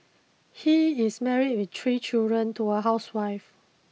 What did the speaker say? he is married with three children to a housewife